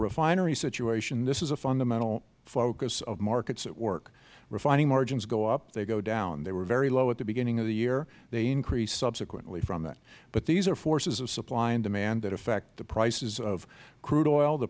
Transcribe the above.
refinery situation this is a fundamental focus of markets at work refining margins go up they go down they were very low at the beginning of the year they increased subsequently from that but these are forces of supply and demand that effect the prices of crude oil the